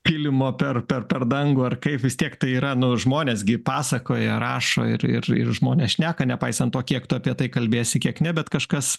kilimo per u per dangų ar kaip vis tiek tai yra nors žmonės gi pasakoja rašo ir ir ir žmonės šneka nepaisant to kiek tu apie tai kalbėsi kiek ne bet kažkas